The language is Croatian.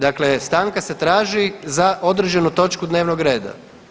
Dakle, stanka se traži za određenu točku dnevnog reda.